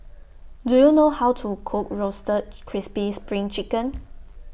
Do YOU know How to Cook Roasted Crispy SPRING Chicken